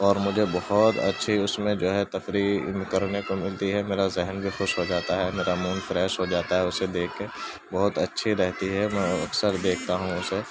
اور مجھے بہت اچھی اس میں جو ہے تفریح کرنے کو ملتی ہے میرا ذہن بھی خوش ہو جاتا ہے میرا موڈ فریش ہو جاتا ہے اسے دیکھ کے بہت اچھی رہتی ہے میں اکثر دیکھتا ہوں اسے